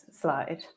slide